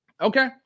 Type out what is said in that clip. Okay